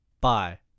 Bye